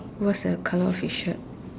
what's the colour of his shirt